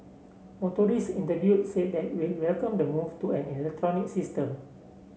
motorists interviewed said welcome the move to an electronic system